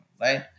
Right